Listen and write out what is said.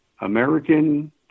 American